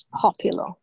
Popular